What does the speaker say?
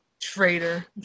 Traitor